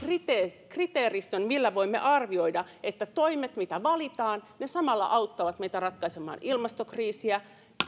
tällaisen kriteeristön millä voimme arvioida että ne toimet mitä valitaan samalla auttavat meitä ratkaisemaan ilmastokriisiä